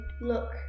look